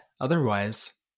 Otherwise